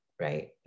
Right